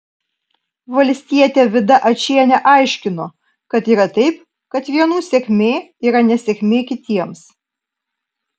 valstietė vida ačienė aiškino kad yra taip kad vienų sėkmė yra nesėkmė kitiems